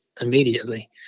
immediately